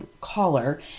collar